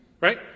right